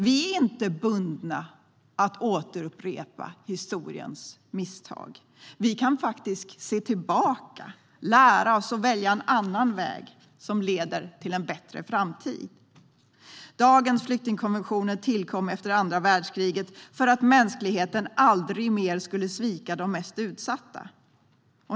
Vi är inte bundna att återupprepa historiens misstag. Vi kan faktiskt se tillbaka, lära oss och välja en annan väg som leder till en bättre framtid. Dagens flyktingkonventioner tillkom efter andra världskriget för att mänskligheten aldrig mer skulle svika de mest utsatta.